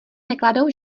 nekladou